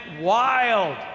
wild